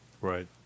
Right